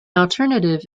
alternative